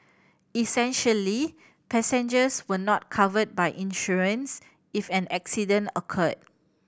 essentially passengers were not covered by insurance if an accident occurred